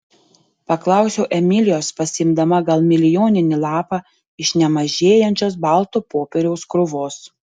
paklausiau emilijos pasiimdama gal milijoninį lapą iš nemažėjančios balto popieriaus krūvos